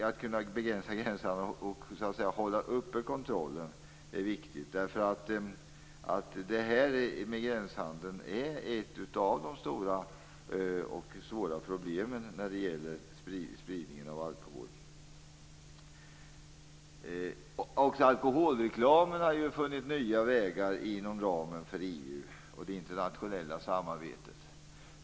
Att kunna begränsa gränshandeln och hålla uppe kontrollen är naturligtvis också viktigt. Gränshandeln är ett av de stora och svåra problemen när det gäller spridningen av alkohol. Också alkoholreklamen har funnit nya vägar inom ramen för EU och det internationella samarbetet.